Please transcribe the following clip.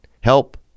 help